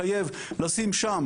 מחייב לשים שם,